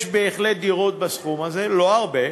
יש בהחלט דירות בסכום הזה, לא הרבה,